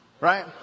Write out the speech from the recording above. right